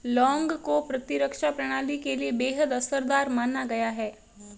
लौंग को प्रतिरक्षा प्रणाली के लिए बेहद असरदार माना गया है